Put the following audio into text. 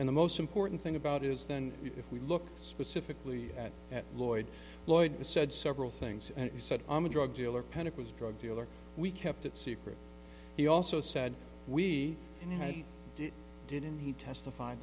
in the most important thing about it is then if we look specifically at lloyd lloyd said several things and he said i'm a drug dealer pen it was a drug dealer we kept it secret he also said we had it didn't he testified